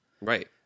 Right